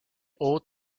old